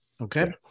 Okay